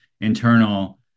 internal